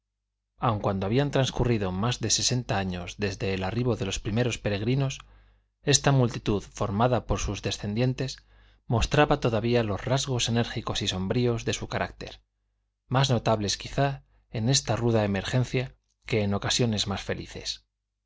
aun cuando habían transcurrido más de sesenta años desde el arribo de los primeros peregrinos esta multitud formada por sus descendientes mostraba todavía los rasgos enérgicos y sombríos de su carácter más notables quizá en esta ruda emergencia que en ocasiones más felices